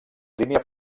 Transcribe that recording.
línia